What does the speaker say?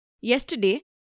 Yesterday